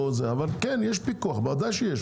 אבל יש פיקוח, ודאי שיש.